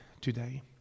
today